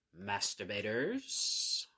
masturbators